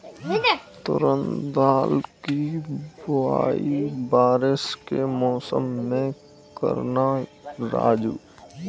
तुवर दाल की बुआई बारिश के मौसम में करना राजू